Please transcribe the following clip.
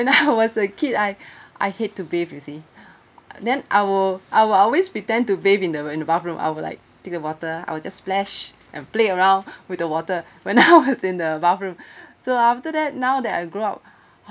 I was a kid I I hate to bathe you see then I will I will always pretend to bathe in the in the bathroom I would like take the water I will just splash and play around with the water when I was in the bathroom so after that now that I grew up uh